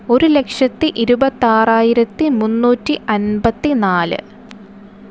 ഒരു ലക്ഷത്തി ഇരുപത്താറായിരത്തി മുന്നൂറ്റി അമ്പത്തി നാല്